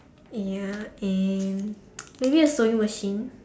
ya and maybe a sewing machine